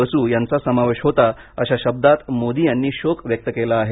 बसू यांचा समावेश होता अशा शब्दात मोदी यांनी शोक व्यक्त केला आहे